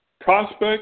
Prospect